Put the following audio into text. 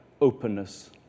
openness